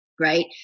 Right